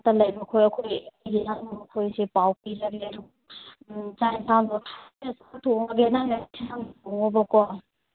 ꯂꯩꯕꯈꯣꯏ ꯑꯩꯈꯣꯏ ꯄꯥꯎ ꯄꯤꯔꯒꯦ ꯆꯥꯛ ꯌꯦꯟꯁꯥꯡꯗꯨ ꯑꯩꯅꯁꯨꯝ ꯊꯣꯡꯉꯒꯦ ꯅꯪꯅꯁꯨ ꯌꯦꯟꯁꯥꯡꯗꯨ ꯊꯣꯡꯉꯣꯕꯀꯣ